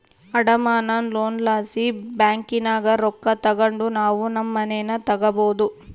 ಅಡಮಾನ ಲೋನ್ ಲಾಸಿ ಬ್ಯಾಂಕಿನಾಗ ರೊಕ್ಕ ತಗಂಡು ನಾವು ನಮ್ ಮನೇನ ತಗಬೋದು